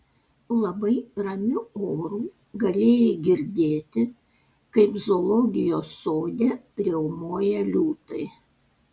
labai ramiu oru galėjai girdėti kaip zoologijos sode riaumoja liūtai